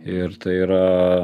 ir tai yra